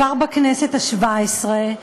כבר בכנסת השבע-עשרה,